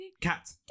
Cat